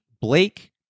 Blake